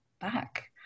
back